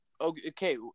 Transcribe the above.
Okay